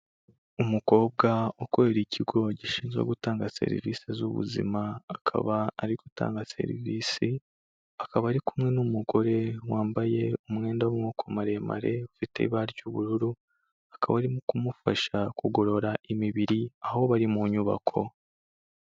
Umukobwa ukorera ikigo gishinzwe gutanga serivisi z'ubuzima akaba ari gutanga serivisi, akaba ari kumwe n'umugore wambaye umwenda w'amaboko maremare ufite ibara ry'ubururu, akaba arimo kumufasha kugorora imibiri aho bari mu nyubako.